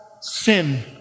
sin